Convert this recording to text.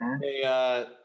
Hey